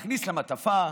להכניס למעטפה,